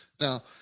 Now